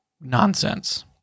nonsense